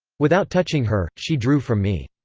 without touching her, she drew from me.